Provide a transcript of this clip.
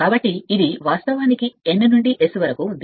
కాబట్టి ఇది వాస్తవానికి మరియు ఇది N నుండి S వరకు ఉంది